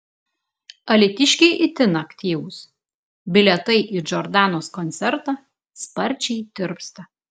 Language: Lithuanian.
alytiškiai itin aktyvūs bilietai į džordanos koncertą sparčiai tirpsta